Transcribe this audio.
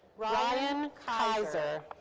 ryan kiser.